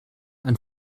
ein